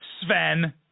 Sven